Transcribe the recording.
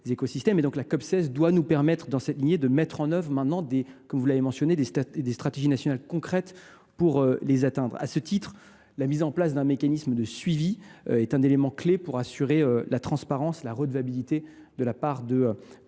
écosystèmes et la COP16 doit maintenant nous permettre, dans cette lignée, de mettre en œuvre des stratégies nationales concrètes pour les atteindre. À ce titre, la mise en place d’un mécanisme de suivi est un élément clé afin d’assurer la transparence et la redevabilité pour tous